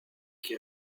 qui